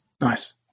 nice